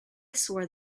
swore